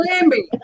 Lambie